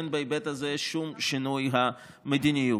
אין בהיבט הזה שום שינוי המדיניות.